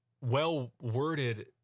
well-worded